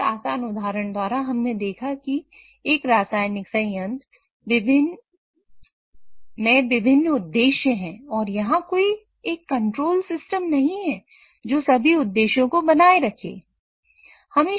तो इस आसान उदाहरण द्वारा हमने देखा कि एक रासायनिक संयंत्र में विभिन्न उद्देश्य है और यहां कोई एक कंट्रोल सिस्टम नहीं है जो सभी उद्देश्यों को बनाए रखें